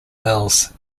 mills